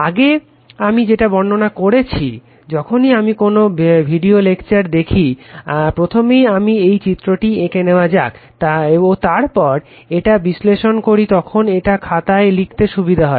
আগে আমি যেটা বর্ণনা করেছি যখনই আমি কোনো ভিডিও লেকচার দেখি প্রথমেই আমি এই চিত্রটি এঁকে নেওয়া যাক ও তারপর এটা বিশ্লেষণ করি তখন এটা খাতায় লিখতে সুবিধা হয়